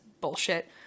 bullshit